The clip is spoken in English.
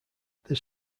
this